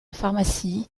pharmacie